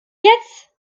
jetzt